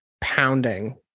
pounding